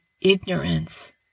ignorance